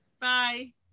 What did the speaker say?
Bye